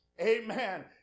Amen